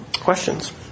Questions